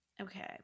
Okay